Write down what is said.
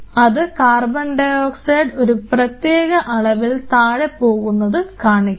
അത് കാർബൺഡയോക്സൈഡ് ഒരു പ്രത്യേക അളവിൽ താഴെ പോകുന്നത് കാണിക്കും